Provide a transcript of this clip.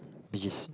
which is